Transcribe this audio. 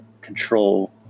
control